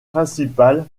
principal